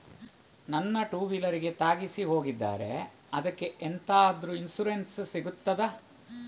ನನ್ನ ಟೂವೀಲರ್ ಗೆ ತಾಗಿಸಿ ಹೋಗಿದ್ದಾರೆ ಅದ್ಕೆ ಎಂತಾದ್ರು ಇನ್ಸೂರೆನ್ಸ್ ಸಿಗ್ತದ?